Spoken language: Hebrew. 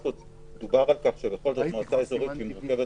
דובר על כך שמועצה אזורית שמורכבת